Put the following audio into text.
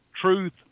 truth